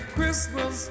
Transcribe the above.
Christmas